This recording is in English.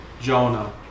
Jonah